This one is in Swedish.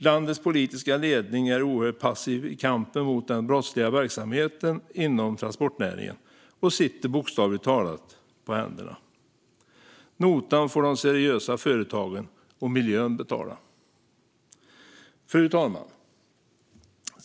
Landets politiska ledning är oerhört passiv i kampen mot den brottsliga verksamheten inom transportnäringen och sitter på händerna. Notan får de seriösa företagen och miljön betala. Fru talman!